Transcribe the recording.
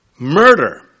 Murder